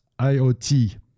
IoT